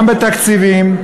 גם בתקציבים,